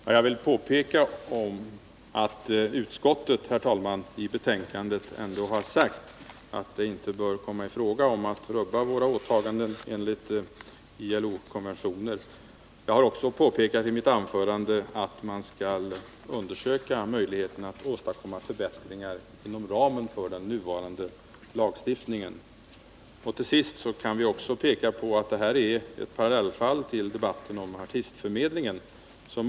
Herr talman! Jag vill påpeka att utskottet i sitt betänkande ändå uttalat att det inte bör komma i fråga att rubba våra åtaganden enligt ILO-konventionen på området. Jag har också i mitt anförande påpekat att man skall undersöka möjligheterna att åstadkomma förbättringar inom ramen för den nuvarande lagstiftningen. Jag vill också peka på att detta är ett parallellfall till debatten om artistförmedlingen.